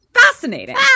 Fascinating